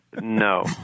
No